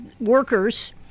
workers